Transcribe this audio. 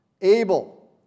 Abel